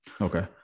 Okay